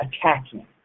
attacking